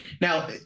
Now